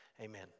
Amen